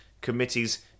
Committee's